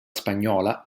spagnola